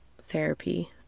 therapy